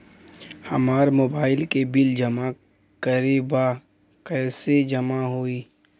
हमार मोबाइल के बिल जमा करे बा कैसे जमा होई?